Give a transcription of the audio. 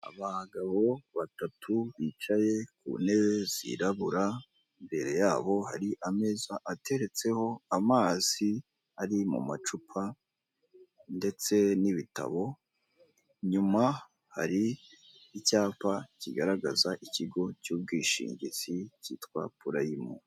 Abagabo batatu bicaye ku ntebe zirabura, imbere yabo hari ameza ateretseho amazi ari mu macupa ndetse n'ibitabo, inyuma hari icyapa kigaragaza ikigo cy'ubwishingizi cyitwa purayimu.